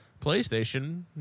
PlayStation